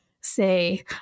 say